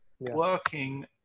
working